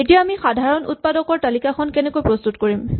এতিয়া আমি সাধাৰণ উৎপাদকৰ তালিকাখন কেনেকৈ প্ৰস্তুত কৰিম